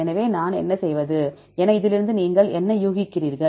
எனவே நான் என்ன செய்வது என இதிலிருந்து நீங்கள் என்ன ஊகிக்கிறீர்கள்